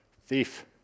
thief